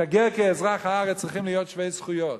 כגר, כאזרח הארץ, הם צריכים להיות שווי זכויות.